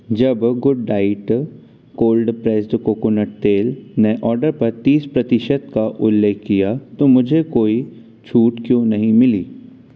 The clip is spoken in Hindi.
जब good diet cold pressed coconut तेल ने आर्डर पर तीस प्रतिशत का उल्लेख किया तो मुझे कोई छूट क्यों नहीं मिली